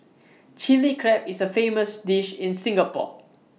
Chilli Crab is A famous dish in Singapore